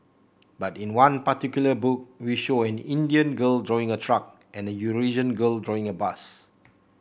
but in one particular book we show an Indian girl drawing a truck and a Eurasian girl drawing a bus